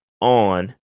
on